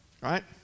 Right